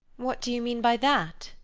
what do you mean by that?